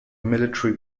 military